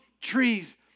trees